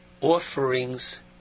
offerings